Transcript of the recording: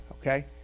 okay